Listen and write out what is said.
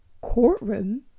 courtroom